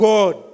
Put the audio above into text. God